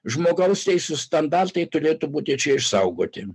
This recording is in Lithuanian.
žmogaus teisų standartai turėtų būti čia išsaugoti